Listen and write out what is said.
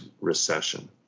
recession